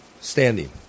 standing